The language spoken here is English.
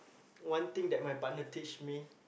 one thing that my partner teach me